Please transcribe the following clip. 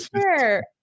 sure